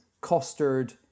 custard